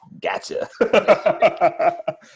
Gotcha